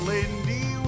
Lindy